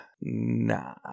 nah